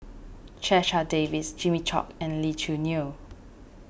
Checha Davies Jimmy Chok and Lee Choo Neo